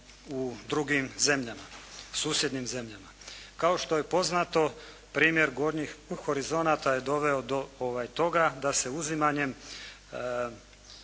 u drugim zemljama, susjednim zemljama. Kao što je poznato, primjer gornjih horizonata je doveo do toga da se uzimanjem